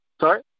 Sorry